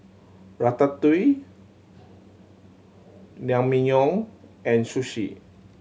Ratatouille Naengmyeon and Sushi